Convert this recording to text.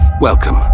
Welcome